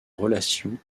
relations